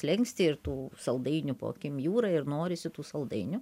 slenkstį ir tų saldainių po akim jūra ir norisi tų saldainių